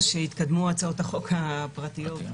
שיתקדמו הצעות החוק הפרטיות.